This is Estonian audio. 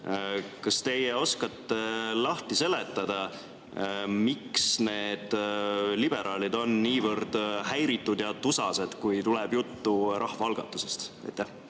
Kas teie oskate lahti seletada, miks on liberaalid niivõrd häiritud ja tusased, kui tuleb juttu rahvaalgatusest?